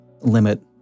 limit